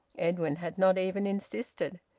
edwin had not even insisted,